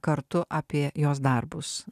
kartu apie jos darbus